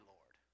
Lord